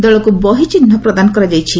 ଦଳକୁ 'ବହି' ଚିହ୍ନ ପ୍ରଦାନ କରାଯାଇଛି